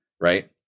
right